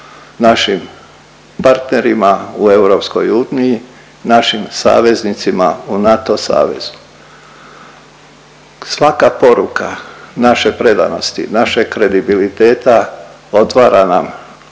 našim partnerima u EU, našim saveznicima u NATO savezu. Svaka poruka naše predanosti, našeg kredibiliteta otvara nam